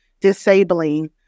disabling